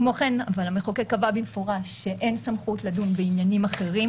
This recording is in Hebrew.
אבל המחוקק קבע במפורש שאין סמכות לדון בעניינים אחרים